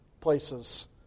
places